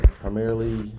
primarily